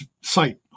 site